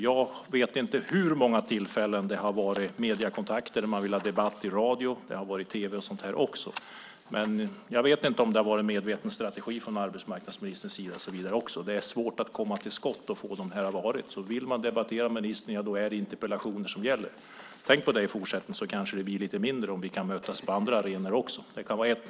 Jag vet inte hur många gånger det har varit mediekontakter där man har velat ha debatt i radio och tv. Jag vet inte om det har varit en medveten strategi från arbetsmarknadsministern, men det har varit svårt att komma till skott. Om man vill debattera med ministern är det interpellationer som gäller. Tänk på det i fortsättningen så kanske det blir färre om vi kan mötas på andra arenor också.